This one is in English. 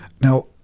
Now